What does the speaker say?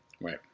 Right